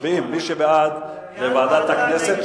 מי שבעד זה לוועדת הכנסת,